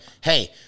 hey